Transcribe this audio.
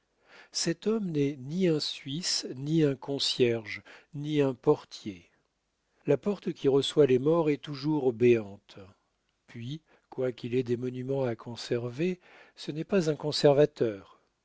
cet homme n'est ni un suisse ni un concierge ni un portier la porte qui reçoit les morts est toujours béante puis quoiqu'il ait des monuments à conserver ce n'est pas un conservateur